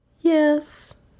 Yes